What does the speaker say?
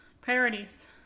Priorities